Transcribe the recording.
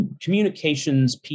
communications